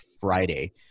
Friday